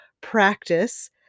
practice